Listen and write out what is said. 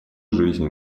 жизни